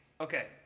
Okay